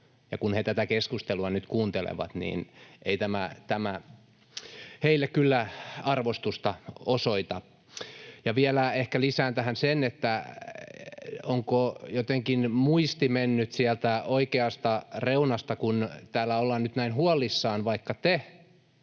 kun he tätä keskustelua nyt kuuntelevat, niin ei tämä heille kyllä arvostusta osoita. Ja vielä ehkä lisään tähän sen, että onko jotenkin muisti mennyt sieltä oikeasta reunasta, kun täällä ollaan nyt näin huolissaan, vaikka te